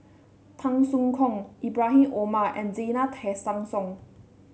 Tan Soo Khoon Ibrahim Omar and Zena Tessensohn